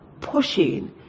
pushing